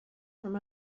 from